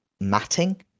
matting